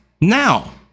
now